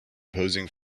posing